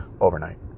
overnight